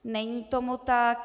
Není tomu tak.